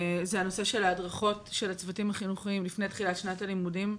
זה הנושא של ההדרכות של הצוותים החינוכיים לפני תחילת שנת הלימודים.